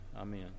Amen